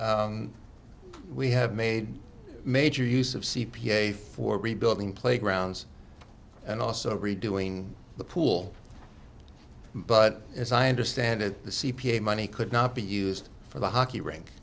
we have made major use of c p a for rebuilding playgrounds and also redoing the pool but as i understand it the c p a money could not be used for the hockey rink